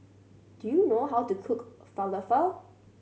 do you know how to cook Falafel